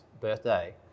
birthday